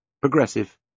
progressive